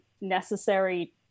necessary